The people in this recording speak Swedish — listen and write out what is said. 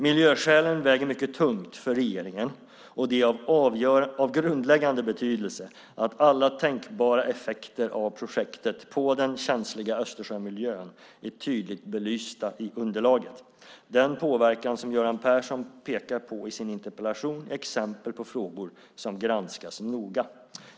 Miljöskälen väger mycket tungt för regeringen, och det är av grundläggande betydelse att alla tänkbara effekter av projektet på den känsliga Östersjömiljön är tydligt belysta i underlaget. Den påverkan som Göran Persson pekar på i sin interpellation är exempel på frågor som granskas noga.